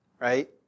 Right